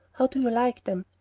how do you like them?